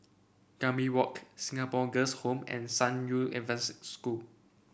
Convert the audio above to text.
Gambir Walk Singapore Girls' Home and San Yu Adventist School